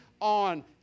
on